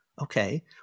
Okay